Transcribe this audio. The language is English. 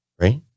right